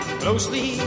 closely